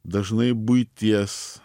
dažnai buities